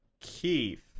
Keith